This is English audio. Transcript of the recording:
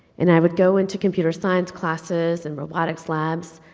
and i would go into computer science classes, and robotics labs,